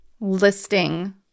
listing